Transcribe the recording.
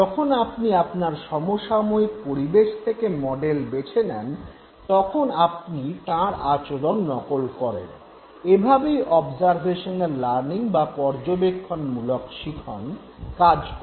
যখন আপনি আপনার সমসাময়িক পরিবেশ থেকে মডেল বেছে নেন তখন আপনি তাঁর আচরণ নকল করেন - এভাবেই অবজারভেশনাল লার্নিং বা পর্যবেক্ষণমূলক শিখন কাজ করে